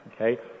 Okay